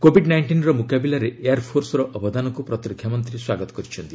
Covid ନାଇଷ୍ଟିନ୍ର ମୁକାବିଲାରେ ଏୟାର୍ଫୋର୍ସ୍ର ଅବଦାନକୁ ପ୍ରତିରକ୍ଷା ମନ୍ତ୍ରୀ ସ୍ୱାଗତ କରିଛନ୍ତି